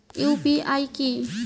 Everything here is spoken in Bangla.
ইউ.পি.আই কি?